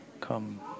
Come